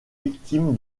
victime